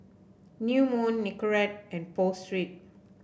New Moon Nicorette and Pho Street